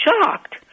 shocked